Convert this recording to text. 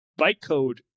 bytecode